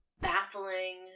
Baffling